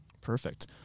Perfect